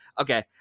Okay